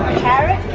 carrot